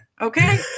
Okay